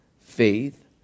faith